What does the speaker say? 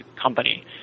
company